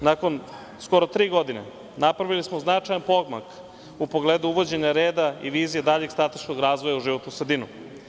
Danas, nakon skoro tri godine, napravili smo značajan pomak u pogledu uvođenja reda i vizije daljeg strateškog razvoja u životnu sredinu.